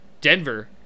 Denver